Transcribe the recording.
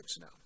now